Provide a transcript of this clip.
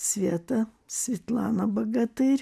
sveta svetlana bagatyr